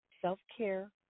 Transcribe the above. self-care